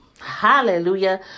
Hallelujah